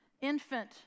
infant